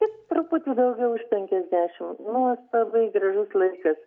jis truputį daugiau už penkiasdešimt nuostabiai gražus laikas